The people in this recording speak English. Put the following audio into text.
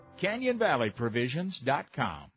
CanyonValleyProvisions.com